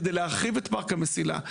כדי להרחיב את פארק המסילה,